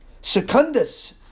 Secundus